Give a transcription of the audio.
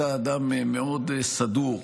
אתה אדם מאוד סדור,